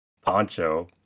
poncho